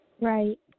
Right